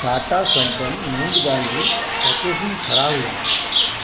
टाटा संपन्न मूंग दाल जी पैकेजिंग ख़राबु हुई